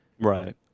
Right